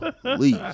please